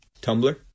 tumblr